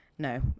No